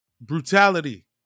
Brutality